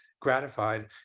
gratified